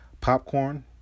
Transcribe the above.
popcorn